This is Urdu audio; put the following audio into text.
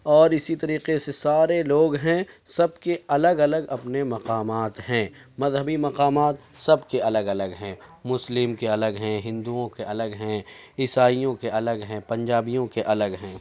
اور اسی طریقے سے سارے لوگ ہیں سب کے الگ الگ اپنے مقامات ہیں مذہبی مقامات سب کے الگ الگ ہیں مسلم كے الگ ہیں ہندؤں كے الگ ہیں عیسائیوں كے الگ ہیں پنجابیوں کے الگ ہیں